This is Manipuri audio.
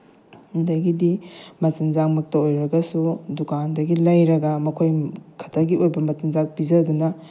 ꯑꯗꯒꯤꯗꯤ ꯃꯆꯤꯟꯖꯥꯛ ꯃꯛꯇ ꯑꯣꯏꯔꯒꯁꯨ ꯗꯨꯀꯥꯟꯗꯒꯤ ꯂꯩꯔꯒ ꯃꯈꯣꯏ ꯈꯛꯇꯒꯤ ꯑꯣꯏꯕ ꯃꯆꯤꯟꯖꯥꯛ ꯄꯤꯖꯗꯨꯅ